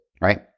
Right